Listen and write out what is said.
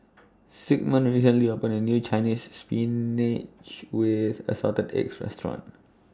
Sigmund recently opened A New Chinese Spinach with Assorted Eggs Restaurant